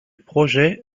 projet